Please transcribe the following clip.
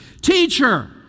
Teacher